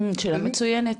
שאלה מצוינת.